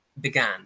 began